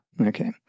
Okay